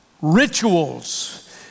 rituals